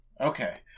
Okay